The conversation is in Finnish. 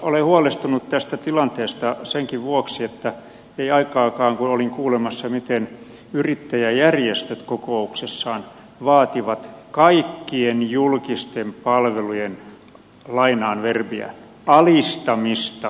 olen huolestunut tästä tilanteesta senkin vuoksi että ei aikaakaan kun olin kuulemassa miten yrittäjäjärjestöt kokouksessaan vaativat kaikkien julkisten palvelujen lainaan verbiä alistamista kilpailulle